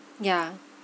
yeah